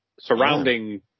Surrounding